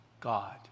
God